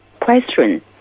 question